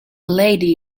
lady